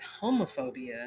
homophobia